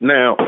Now